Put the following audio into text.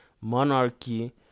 monarchy